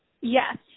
Yes